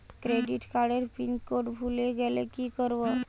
Credit কার্ডের pin code ভুলে গেলে কি করব?